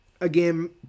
Again